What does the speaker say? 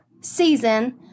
season